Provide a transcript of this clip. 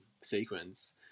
sequence